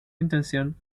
intención